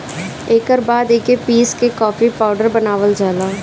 एकर बाद एके पीस के कॉफ़ी पाउडर बनावल जाला